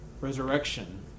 resurrection